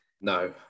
No